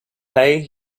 pay